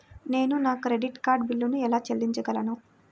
నేను నా credit card బిల్లును ఎలా చెల్లించగలను?